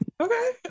Okay